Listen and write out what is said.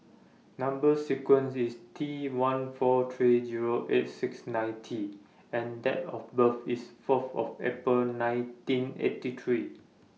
Number sequence IS T one four three Zero eight six nine T and Date of birth IS Fourth of April nineteen eighty three